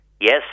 Yes